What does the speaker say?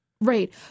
Right